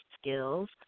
skills